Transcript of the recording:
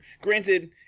granted